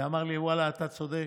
ואמר לי: ואללה, אתה צודק,